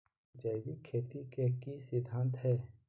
जैविक खेती के की सिद्धांत हैय?